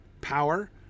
power